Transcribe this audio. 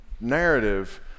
narrative